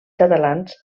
catalans